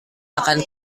akan